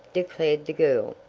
declared the girl.